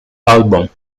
album